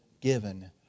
given